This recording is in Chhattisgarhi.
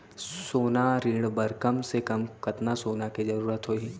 सोना ऋण बर कम से कम कतना सोना के जरूरत होही??